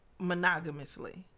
monogamously